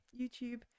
YouTube